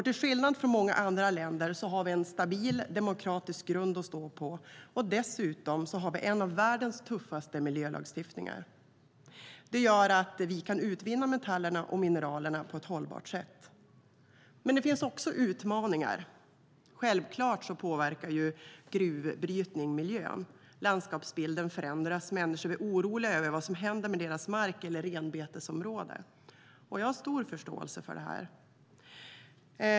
Till skillnad från många andra länder har vi en stabil demokratisk grund att stå på, och dessutom har vi en av världens tuffaste miljölagstiftningar. Det gör att vi kan utvinna metallerna och mineralerna på ett hållbart sätt. Men det finns också utmaningar. Självklart påverkar gruvbrytning miljön. Landskapsbilden förändras, och människor blir oroliga över vad som händer med deras mark eller renbetesområde. Jag har stor förståelse för detta.